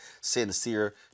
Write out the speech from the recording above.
Sincere